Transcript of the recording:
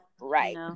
Right